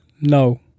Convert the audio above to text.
No